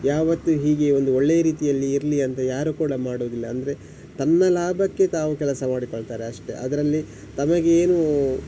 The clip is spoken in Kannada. ಯಾವತ್ತು ಹೀಗೆ ಒಂದು ಒಳ್ಳೆಯ ರೀತಿಯಲ್ಲಿ ಇರಲಿ ಅಂತ ಯಾರು ಕೂಡ ಮಾಡೋದಿಲ್ಲ ಅಂದರೆ ತನ್ನ ಲಾಭಕ್ಕೆ ತಾವು ಕೆಲಸ ಮಾಡಿಕೊಳ್ತಾರೆ ಅಷ್ಟೆ ಅದರಲ್ಲಿ ತಮಗೆ ಏನು